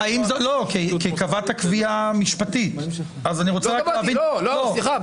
-- קבעת קביעה משפטית אז אני רק רוצה להבין -- סליחה,